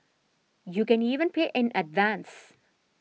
you can even pay in advance